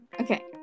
Okay